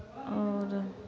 आओर